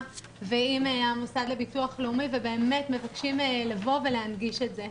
ועם המוסד לביטוח לאומי ובאמת מבקשים לבוא ולהנגיש את זה.